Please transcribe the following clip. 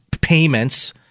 payments